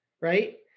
right